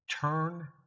Turn